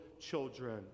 children